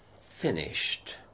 Finished